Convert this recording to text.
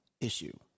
issue